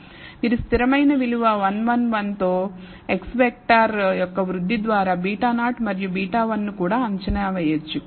మీరు స్థిరమైన విలువ 1 1 1 తో X వెక్టర్ యొక్క వృద్ధి ద్వారా β0 మరియు β1 ను కూడా అంచనా వేయవచ్చు